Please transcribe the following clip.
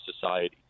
society